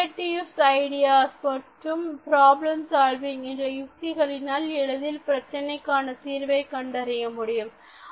creative ideas மற்றும் problem solving என்ற யுத்திகளினால் எளிதில் பிரச்சினைக்கான தீர்வை கண்டறிய முடியும்